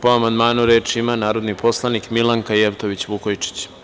Po amandmanu, reč ima narodni poslanik Milanka Jevtović Vukojičić.